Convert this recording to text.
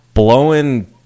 Blowing